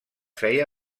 feia